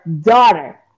daughter